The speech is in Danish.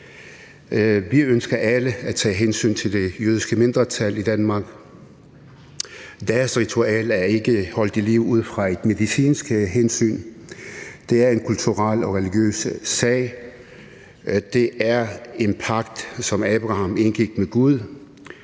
Vi ønsker alle at tage hensyn til det jødiske mindretal i Danmark. Deres ritual er ikke holdt i live ud fra et medicinsk hensyn, det er en kulturel og religiøs sag, og det er en pagt, som Abraham indgik med Gud,